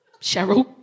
Cheryl